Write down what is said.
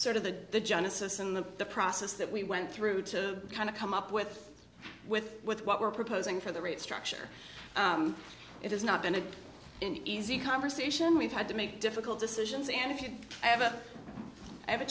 sort of the genesis in the process that we went through to kind of come up with with with what we're proposing for the rate structure it has not been an easy conversation we've had to make difficult decisions and if you ever have a